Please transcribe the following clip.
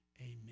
Amen